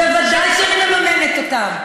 אין לך תשובה.